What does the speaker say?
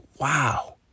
wow